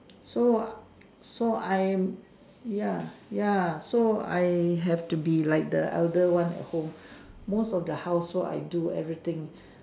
so so I'm ya ya so I have to be like the elder one at home most of the housework I do everything